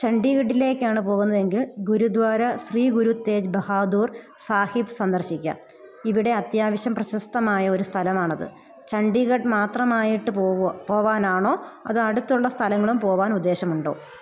ചണ്ഡീഗഡിലേക്കാണ് പോകുന്നതെങ്കിൽ ഗുരുദ്വാര ശ്രീ ഗുരു തേജ് ബഹാദൂർ സാഹിബ് സന്ദർശിക്കാം ഇവിടെ അത്യാവശ്യം പ്രശസ്തമായൊരു സ്ഥലമാണത് ചണ്ഡീഗഢ് മാത്രമായിട്ട് പോകാനാണോ അതോ അടുത്തുള്ള സ്ഥലങ്ങളും പോകാൻ ഉദ്ദേശമുണ്ടോ